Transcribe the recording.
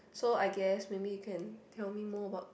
so I guess maybe you can tell me more about